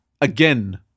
again